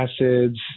acids